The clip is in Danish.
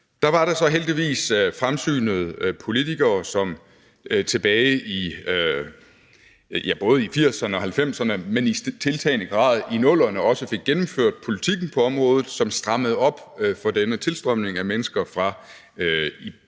Der var der så heldigvis fremsynede politikere, som tilbage i, ja, både 1980'erne og 1990'erne, men i tiltagende grad også i 00'erne, fik gennemført den politik på området, som strammede op på denne tilstrømning af mennesker fra